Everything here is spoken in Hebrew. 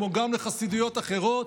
כמו גם לחסידויות אחרות: